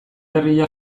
herria